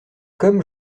comme